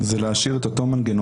זה להשאיר בסוף את אותו מנגנון,